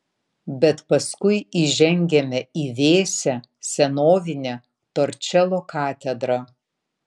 bet paskui įžengiame į vėsią senovinę torčelo katedrą